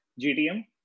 GTM